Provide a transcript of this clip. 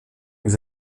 avec